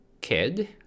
kid